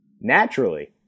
naturally